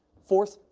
fourth,